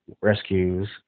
rescues